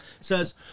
says